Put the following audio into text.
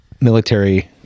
military